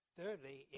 thirdly